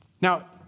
Now